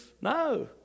No